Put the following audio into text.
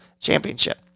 Championship